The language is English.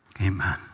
Amen